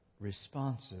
responsive